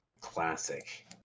classic